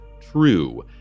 true